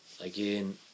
again